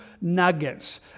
nuggets